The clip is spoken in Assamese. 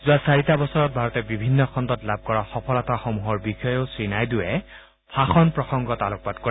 যোৱা চাৰিটা বছৰত ভাৰতে বিভিন্ন খণ্ডত লাভ কৰা সফলতাসমূহৰ বিষয়েও শ্ৰীনাইডুৱে ভাষণ প্ৰসংগত আলোকপাত কৰে